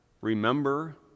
remember